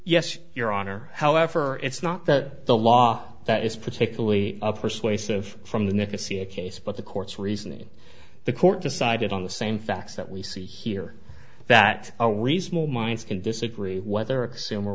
yes your honor however it's not that the law that is particularly of persuasive from the nicosia case but the court's reasoning the court decided on the same facts that we see here that are reasonable minds can disagree whether